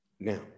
Now